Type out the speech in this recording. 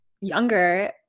younger